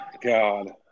God